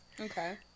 Okay